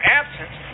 absence